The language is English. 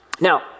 Now